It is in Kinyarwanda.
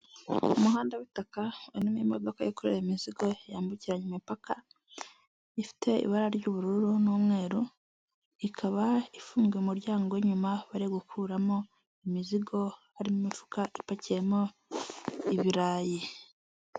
Umuhanda w'itaka urimo imodoka yikorera imizigo yambukiranya imipaka ifite ibara ry'ubururu n'umweru, ikaba ifungaye umuryango w'inyuma bari gukuramo imizigo harimo imifuka ipakiyemo ibirayi.